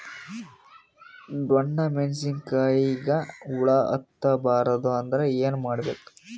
ಡೊಣ್ಣ ಮೆಣಸಿನ ಕಾಯಿಗ ಹುಳ ಹತ್ತ ಬಾರದು ಅಂದರ ಏನ ಮಾಡಬೇಕು?